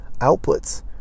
outputs